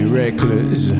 reckless